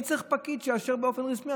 אני צריך פקיד שיאשר באופן רשמי,